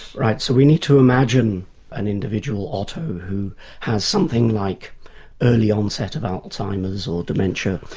right. so we need to imagine an individual otto who has something like early onset of alzheimer's or dementia.